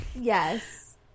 Yes